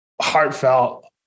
heartfelt